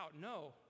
no